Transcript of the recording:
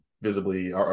visibly